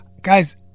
Guys